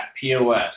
POS